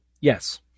yes